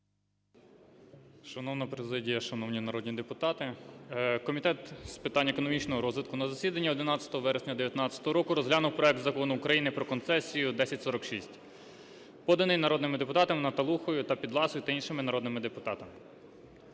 Шановна президія, шановні народні депутати! Комітет з питань економічного розвитку на засіданні 11 вересня 19-го року розглянув проект Закону України про концесію (1046), поданий народними депутатами Наталухою та Підласою та іншими народними депутатами.